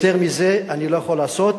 יותר מזה אני לא יכול לעשות,